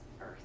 earth